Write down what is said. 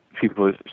people